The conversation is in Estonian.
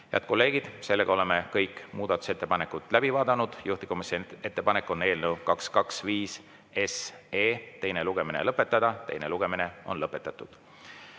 kolleegid, oleme kõik muudatusettepanekud läbi vaadanud. Juhtivkomisjoni ettepanek on eelnõu 225 teine lugemine lõpetada. Teine lugemine on lõpetatud.